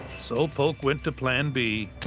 so polk went to plan b.